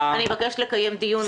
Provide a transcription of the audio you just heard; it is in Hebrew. אני מבקשת לקיים דיון בנושא.